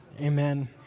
Amen